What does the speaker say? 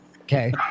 Okay